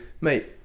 mate